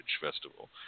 Festival